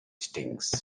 stinks